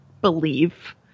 believe